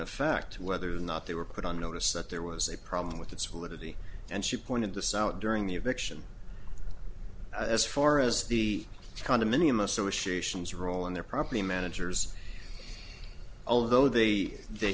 fact whether or not they were put on notice that there was a problem with its validity and she pointed this out during the eviction as far as the condominium associations roll and their property managers although they they